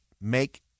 make